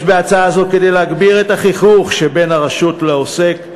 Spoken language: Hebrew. יש בהצעה זו כדי להגביר את החיכוך שבין הרשות לעוסק,